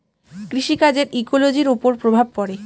কৃষি কাজের ইকোলোজির ওপর প্রভাব পড়ে